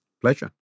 Pleasure